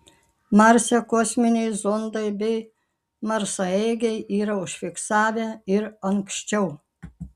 marse kosminiai zondai bei marsaeigiai yra užfiksavę ir anksčiau